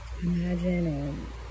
Imagine